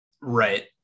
Right